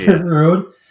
road